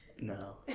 No